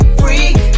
freak